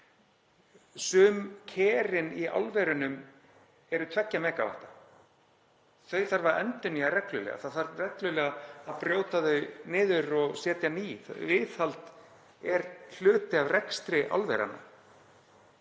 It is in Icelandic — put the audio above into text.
Sum kerin í álverunum eru 2 MW. Þau þarf að endurnýja reglulega. Það þarf reglulega að brjóta þau niður og setja ný. Viðhald er hluti af rekstri álveranna.